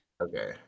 Okay